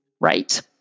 right